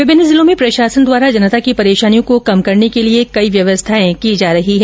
विभिन्न जिलों में प्रशासन द्वारा जनता की परेशानियों को कम करने के लिए कई व्यवस्थाएं की जा रही है